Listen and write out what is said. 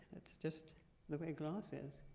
that's just the way glass is.